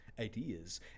ideas